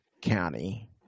County